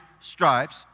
stripes